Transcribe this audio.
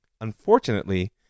Unfortunately